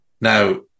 Now